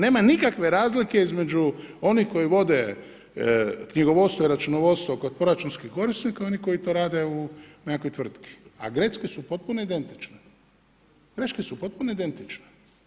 Nema nikakve razlike između onih koji vode knjigovodstvo i računovodstvo kod proračunskih korisnika i onih koji to rade u nekakvoj tvrtki a greške su potpuno identične, greške su potpuno identične.